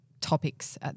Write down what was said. topics